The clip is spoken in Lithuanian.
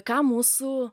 ką mūsų